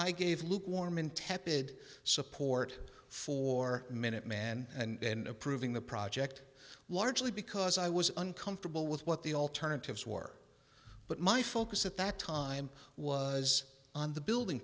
i gave lukewarm in tepid support for minuteman and approving the project largely because i was uncomfortable with what the alternatives were but my focus at that time was on the building